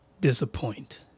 disappoint